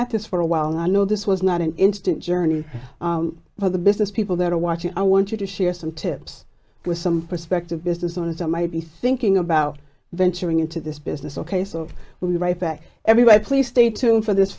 at this for a while and i know this was not an instant journey for the business people that are watching i want you to share some tips with some perspective business and some might be thinking about venturing into this business ok so we'll be right back everybody please stay tuned for this